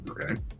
okay